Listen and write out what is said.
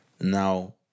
Now